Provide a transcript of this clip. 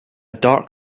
dark